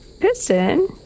Piston